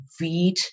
read